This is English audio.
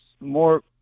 more